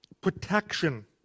protection